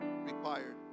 required